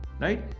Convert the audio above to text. right